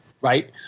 Right